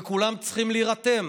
וכולם צריכים להירתם.